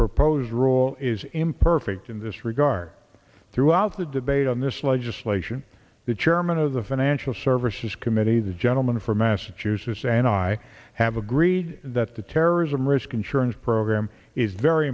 proposed rule is imperfect in this regard throughout the debate on this legislation the chairman of the financial services committee the gentleman from massachusetts and i have agreed that the terrorism risk insurance program is very